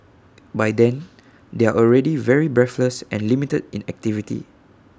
by then they are already very breathless and limited in activity